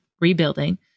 rebuilding